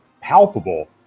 palpable